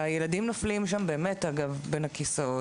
הילדים נופלים שם בין הכיסאות.